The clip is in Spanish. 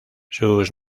sus